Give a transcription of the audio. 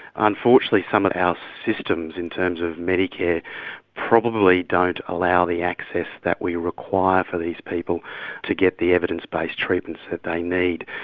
unfortunately some of our systems in terms of medicare probably don't allow the access that we require for these people to get the evidence-based treatments that they need.